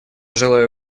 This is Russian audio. желаю